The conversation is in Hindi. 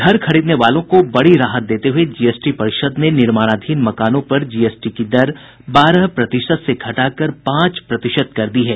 घर खरीदने वालों को बड़ी राहत देते हुए जीएसटी परिषद ने निर्माणाधीन मकानों पर जीएसटी की दर बारह प्रतिशत से घटाकर पांच प्रतिशत कर दी है